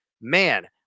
man